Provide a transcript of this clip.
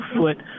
foot